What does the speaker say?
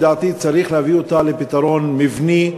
לדעתי צריך להביא לפתרון מבני,